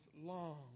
long